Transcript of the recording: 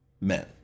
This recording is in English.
men